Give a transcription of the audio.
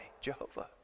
Jehovah